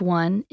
one